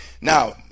Now